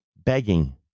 begging